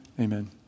amen